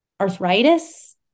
arthritis